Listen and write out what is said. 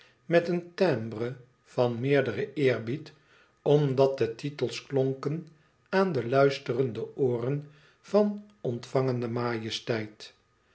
met een timbre van meerderen eerbied omdat de titels klonken aan de luisterende ooren van ontvangende majesteit